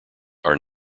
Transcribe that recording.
are